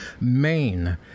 Maine